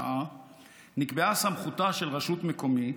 נקבעה סמכותה של רשות מקומית,